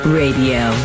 radio